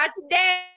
today